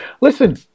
Listen